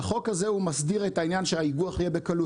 החוק הזה מסדיר את העניין שהאיגוח יהיה בקלות